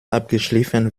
abgeschliffen